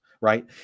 Right